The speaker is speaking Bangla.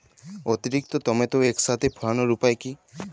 অতিরিক্ত টমেটো একসাথে ফলানোর উপায় কী?